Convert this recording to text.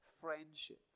friendship